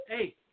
hey